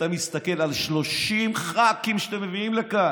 אתה מסתכל על 30 ח"כים שאתם מביאים לכאן?